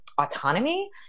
autonomy